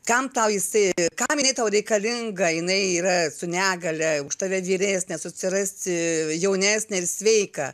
kam tau jisai kam jinai tau reikalinga jinai yra su negalia už tave vyresnė susirasi jaunesnę ir sveiką